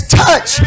touch